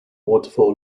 waterfall